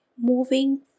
moving